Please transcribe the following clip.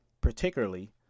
particularly